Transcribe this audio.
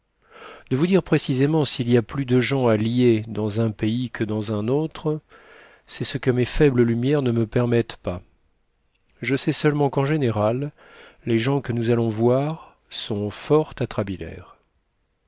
de vous dire précisément s'il y a plus de gens à lier dans un pays que dans un autre c'est ce que mes faibles lumières ne me permettent pas je sais seulement qu'en général les gens que nous allons voir sont fort